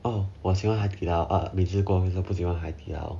oh 我喜欢海底捞 uh 美滋锅我不喜欢海底捞